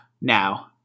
now